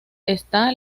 esta